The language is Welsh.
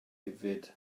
hefyd